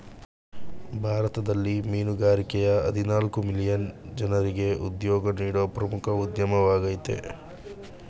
ಭಾರತದಲ್ಲಿ ಮೀನುಗಾರಿಕೆಯ ಹದಿನಾಲ್ಕು ಮಿಲಿಯನ್ ಜನ್ರಿಗೆ ಉದ್ಯೋಗ ನೀಡೋ ಪ್ರಮುಖ ಉದ್ಯಮವಾಗಯ್ತೆ